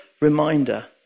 reminder